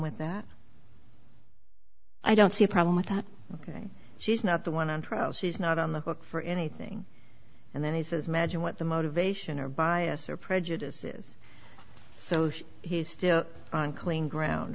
with that i don't see a problem with that ok she's not the one on trial she's not on the hook for anything and then he says magine what the motivation or bias or prejudice is so he's still on clean ground